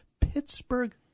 Pittsburgh